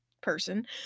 person